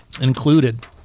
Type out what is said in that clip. included